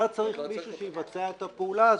אתה צריך מישהו שיבצע את הפעולה הזאת.